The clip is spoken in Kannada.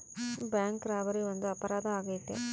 ಬ್ಯಾಂಕ್ ರಾಬರಿ ಒಂದು ಅಪರಾಧ ಆಗೈತೆ